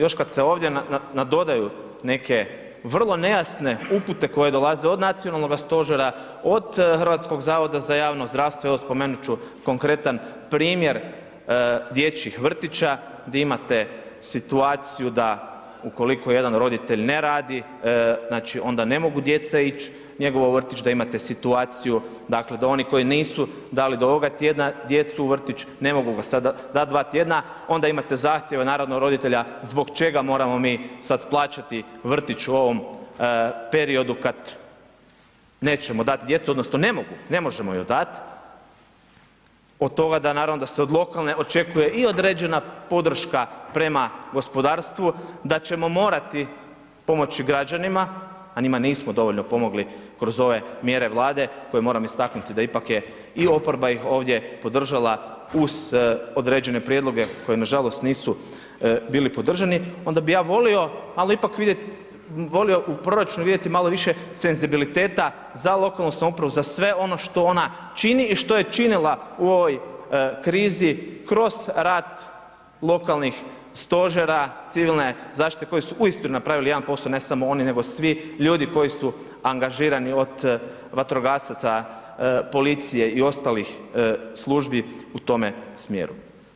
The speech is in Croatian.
Još kad se ovdje nadodaju neke vrlo nejasne upute koje dolaze od nacionalnog stožera, od HZJZ-a, evo spomenut ću konkretan primjer dječjih vrtića di imate situaciju da ukoliko jedan roditelj ne radi, znači onda ne mogu djeca ić njegova u vrtić, da imate situaciju dakle da oni koji nisu dali do ovoga tjedna djecu u vrtić, ne mogu ga sada dat 2 tj., onda imate zahtjeve naravno roditelja zbog čega moramo mi sad plaćati vrtić u ovom periodu kad nećemo dat djecu odnosno ne mogu, ne možemo ju dat, od toga naravno da se od lokalne očekuje i određena podrška prema gospodarstvu, da ćemo morati pomoći građanima a njima nismo dovoljno pomogli kroz ove mjere Vlade koje moram istaknuti da ipak je i oporba ih ovdje podržala uz određene prijedloge koji nažalost nisu bili podržani, onda bi ja volio malo ipak vidjet, volio u proračunu vidjeti malo više senzibiliteta za lokalnu samoupravu, za sve ono što ona čini i što je činila u ovoj krizi kroz rad lokalnih stožera civilne zaštite koji su uistinu napravili jedan posao, ne samo oni nego svi ljudi koji su angažirani od vatrogasaca, policije i ostalih službi u tome smjeru.